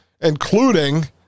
including